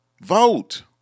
Vote